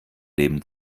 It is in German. leben